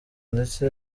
ndetse